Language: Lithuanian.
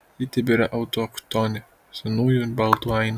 ji tebėra autochtonė senųjų baltų ainė